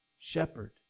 shepherd